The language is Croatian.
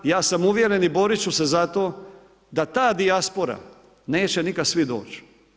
I ja sam uvjeren i borit ću se za to da ta dijaspora neće nikad svi doć.